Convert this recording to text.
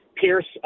Pierce